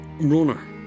runner